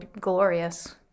glorious